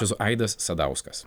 esu aidas sadauskas